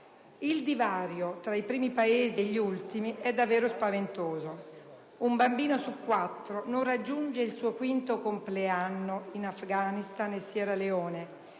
Il divario tra i primi Paesi e gli ultimi è davvero spaventoso: un bambino su 4 non raggiunge il suo quinto compleanno in Afghanistan e Sierra Leone,